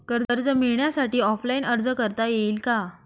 कर्ज मिळण्यासाठी ऑफलाईन अर्ज करता येईल का?